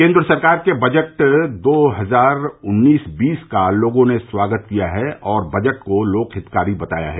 केंद्र सरकार के बजट दो हजार उन्नीस बीस का लोगों ने स्वागत किया है और बजट को लोक हितकारी बताया जा रहा है